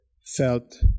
felt